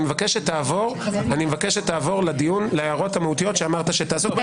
אני מבקש שתעבור להערות המהותיות שאמרת שתעסוק בהן.